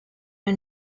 are